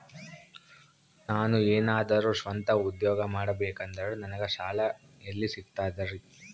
ನಾನು ಏನಾದರೂ ಸ್ವಂತ ಉದ್ಯೋಗ ಮಾಡಬೇಕಂದರೆ ನನಗ ಸಾಲ ಎಲ್ಲಿ ಸಿಗ್ತದರಿ?